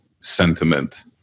sentiment